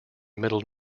middle